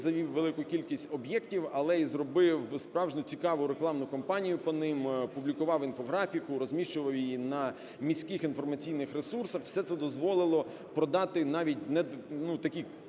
завів велику кількість об'єктів, але і зробив справжню цікаву рекламну кампанію по ним, опублікував інфографіку, розміщував її на міських інформаційних ресурсах. Все це дозволило продати навіть такі